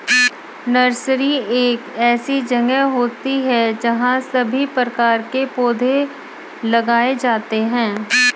nursery एक ऐसी जगह होती है जहां सभी प्रकार के पौधे उगाए जाते हैं